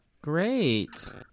Great